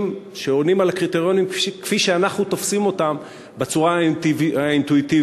שעונים על הקריטריונים כפי שאנחנו תופסים אותם בצורה האינטואיטיבית,